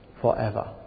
forever